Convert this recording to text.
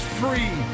free